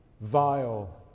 vile